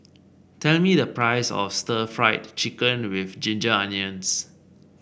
tell me the price of Stir Fried Chicken with Ginger Onions